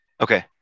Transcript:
Okay